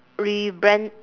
rebrand